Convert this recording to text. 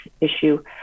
issue